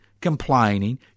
complaining